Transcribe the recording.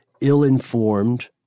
ill-informed